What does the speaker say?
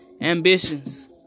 Ambitions